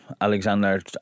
Alexander